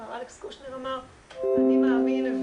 שמר אלכס קושניר אמר, אני מאמין.